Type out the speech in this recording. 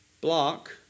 block